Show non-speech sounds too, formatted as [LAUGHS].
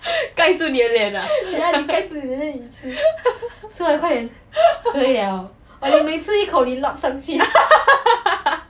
盖住你的脸 ah [LAUGHS]